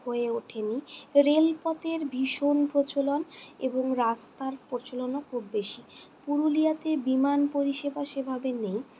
হয়ে ওঠেনি রেলপথের ভীষণ প্রচলন এবং রাস্তার প্রচলনও খুব বেশি পুরুলিয়াতে বিমান পরিষেবা সেভাবে নেই